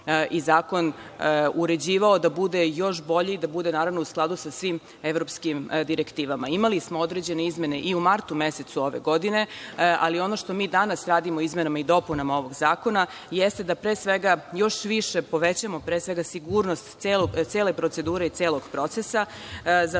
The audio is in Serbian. i zakon uređivao da bude još bolji, da bude naravno u skladu sa svim evropskim direktivama. Imali smo određene izmene i u martu mesecu ove godine, ali ono što mi danas radimo o izmenama i dopunama ovog zakona jeste da, pre svega, još više povećamo sigurnost cele procedure i celog procesa. Za